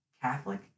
Catholic